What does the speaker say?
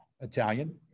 Italian